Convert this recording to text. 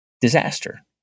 disaster